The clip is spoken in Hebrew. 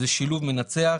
זה שילוב מנצח.